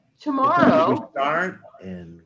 Tomorrow